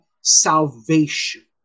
salvation